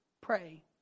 pray